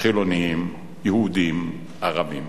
חילונים, יהודים, ערבים.